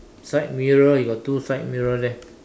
side mirror you got two side mirror there